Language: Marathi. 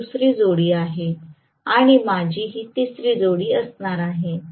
ही दुसरी जोडी आहे आणि माझी अशी तिसरी जोडी असणार आहे